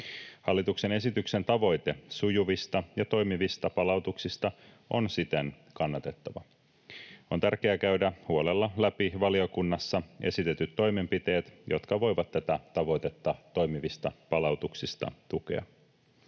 Hallituksen esityksen tavoite sujuvista ja toimivista palautuksista on siten kannatettava. On tärkeää käydä huolella läpi valiokunnassa esitetyt toimenpiteet, jotka voivat tätä tavoitetta toimivista palautuksista tukea.